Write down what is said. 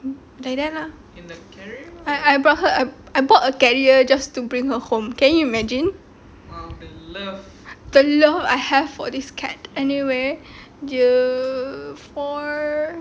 like that ah I I brought her I bought a carrier just to bring her home can you imagine the love I have for this cat anyway dia for